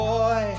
Boy